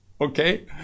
Okay